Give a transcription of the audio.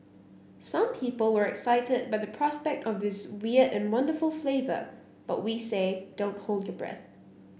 some people were excited by the prospect of this weird and wonderful flavour but we say don't hold your breath